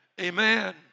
Amen